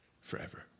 forever